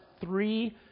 three